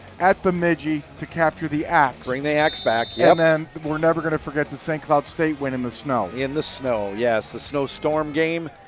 at bemidji to capture the ax. bring the ax back. yeah um and we are never going to forgot the st cloud state win in the snow. in the snow, yes, the snowstorm game.